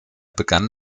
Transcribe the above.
begann